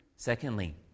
Secondly